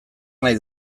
nahi